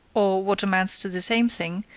or, what amounts to the same thing,